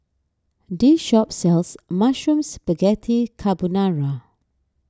this shop sells Mushroom Spaghetti Carbonara